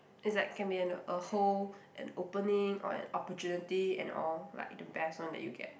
it's like can be an a whole an opening or an opportunity and all like the best one that you get